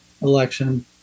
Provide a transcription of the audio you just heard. election